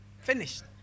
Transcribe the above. finished